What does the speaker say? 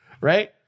Right